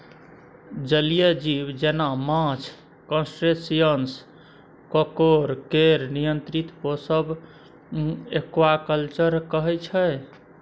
जलीय जीब जेना माछ, क्रस्टेशियंस, काँकोर केर नियंत्रित पोसब एक्वाकल्चर कहय छै